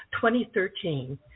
2013